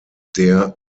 der